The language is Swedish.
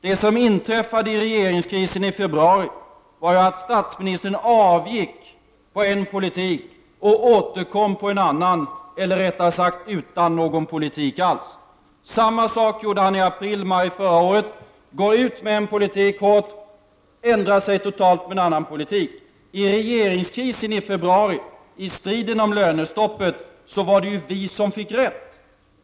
Det som inträffade under regeringskrisen i februari var att statsministern avgick på en 33 politik och återkom på en annan eller rättare sagt utan någon politik alls. Samma sak gjorde han i april-maj förra året. Han gick ut med en politik och ändrade sig totalt. Vid regeringskrisen i februari, i striden om lönestoppet, var det vi som fick rätt.